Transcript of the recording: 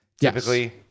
typically